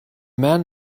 men